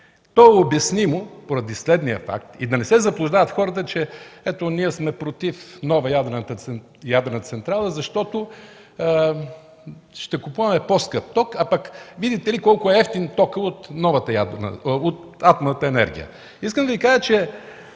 То е обяснимо поради следния факт. Да не се заблуждават хората, че ние сме против нова ядрена централа, защото ще купуваме по-скъп ток, а видите ли, колко е евтин токът от атомната енергия. Искам да Ви кажа, че